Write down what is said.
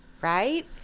Right